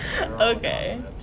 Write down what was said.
Okay